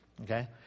okay